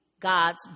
God's